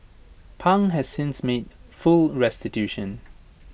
pang has since made full restitution